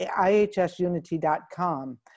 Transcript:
IHSUnity.com